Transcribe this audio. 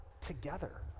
together